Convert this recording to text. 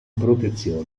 protezione